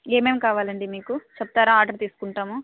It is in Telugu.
ఏమేమి కావాలండి మీకు చెప్తారా ఆర్డర్ తీసుకుంటాము